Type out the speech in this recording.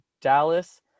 Dallas